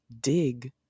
dig